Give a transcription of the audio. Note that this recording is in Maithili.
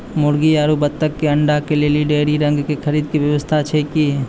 मुर्गी आरु बत्तक के अंडा के लेली डेयरी रंग के खरीद के व्यवस्था छै कि?